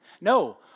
No